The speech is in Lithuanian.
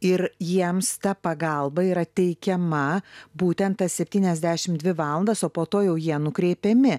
ir jiems ta pagalba yra teikiama būtent tas septyniasdešim dvi valandas o po to jau jie nukreipiami